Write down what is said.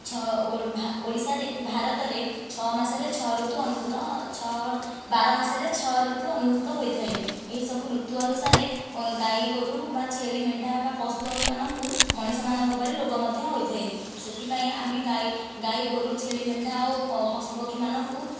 ଓଡ଼ିଶାରେ ଭାରତରେ ଛଅ ମାସରେ ଛଅ ଋତୁ ଅନୁଭୂତ ଛଅ ବାର ମାସରେ ଛଅ ଋତୁ ଅନୁଭୂତ ହୋଇଥାଏ ଏହିସବୁ ଋତୁ ଅନୁସାରେ ଗାଈ ଗୋରୁ ବା ଛେଳି ମେଣ୍ଢା ବା ପଶୁପକ୍ଷୀ ମାନଙ୍କୁ ମଣିଷ ମାନଙ୍କ ପରି ରୋଗ ମଧ୍ୟ ହୋଇଥାଏ ସେଥିପାଇଁ ଆମେ ଗାଈ ଗାଈ ଗୋରୁ ଛେଳି ମେଣ୍ଢା ଆଉ ପଶୁ ପକ୍ଷୀ ମାନଙ୍କୁ